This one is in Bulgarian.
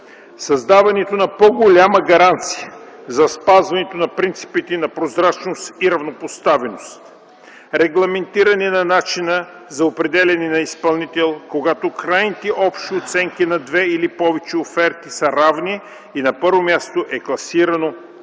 създаването на по-голяма гаранция за спазването на принципите на прозрачност и равнопоставеност; - регламентиране на начина за определяне на изпълнител, когато крайните общи оценки на две или повече оферти са равни и на първо място е класирано